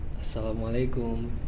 Assalamualaikum